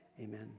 Amen